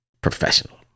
professional